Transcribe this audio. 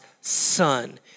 Son